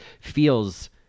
feels